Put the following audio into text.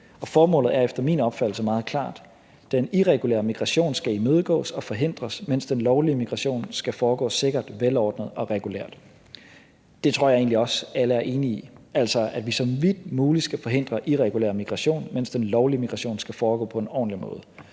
formålet er efter min opfattelse meget klart: Den irregulære migration skal imødegås og forhindres, mens den lovlige migration skal foregå sikkert, velordnet og regulært. Det tror jeg egentlig også alle er enige i, altså at vi så vidt muligt skal forhindre irregulær migration, mens den lovlige migration skal foregå på en ordentlig måde.